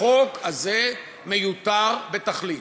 החוק הזה מיותר בתכלית.